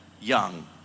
young